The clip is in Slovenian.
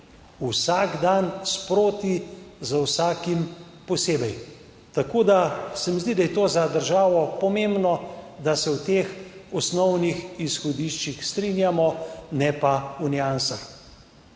vsak dan sproti z vsakim posebej, tako da se mi zdi, da je to za državo pomembno, da se v teh osnovnih izhodiščih strinjamo, ne pa v niansah.